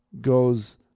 goes